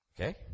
Okay